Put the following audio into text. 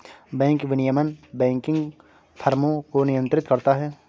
bank विनियमन banking फ़र्मों को नियंत्रित करता है